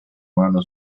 mano